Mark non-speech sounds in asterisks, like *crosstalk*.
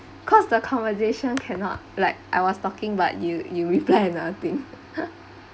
cause the conversation cannot like I was talking but you you reply *laughs* another thing *laughs*